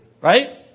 right